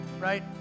right